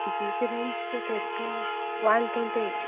G B range କେତେ two one twenty eight